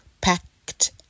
packed